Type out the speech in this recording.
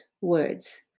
words